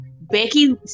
Becky